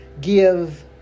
give